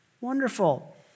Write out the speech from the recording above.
Wonderful